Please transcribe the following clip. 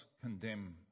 condemn